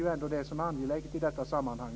Det är ju det som är angeläget i detta sammanhang.